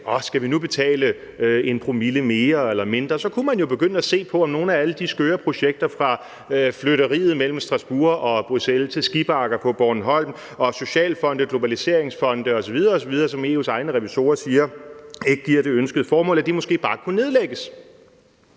skal betale 1 promille mere eller mindre, så kunne man jo begynde at se på, om nogle af alle de skøre projekter – fra flytteriet mellem Strasbourg og Bruxelles til skibakker på Bornholm og socialfonde, globaliseringsfonde osv. osv. – som EU's egne revisorer siger ikke giver det ønskede resultat, måske bare kunne nedlægges.